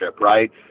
right